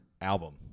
album